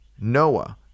Noah